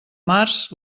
març